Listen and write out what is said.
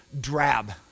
Drab